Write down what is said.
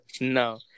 No